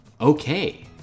okay